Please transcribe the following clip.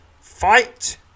fight